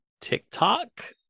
TikTok